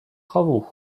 travaux